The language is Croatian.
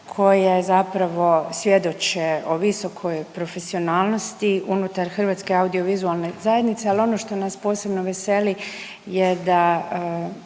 koje zapravo svjedoče o visokoj profesionalnosti unutar hrvatske audio-vizualne zajednice. Ali ono što nas posebno veseli je da